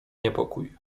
niepokój